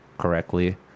correctly